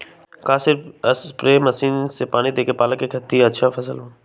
का सिर्फ spray machine से पानी देके पालक के अच्छा फसल होई?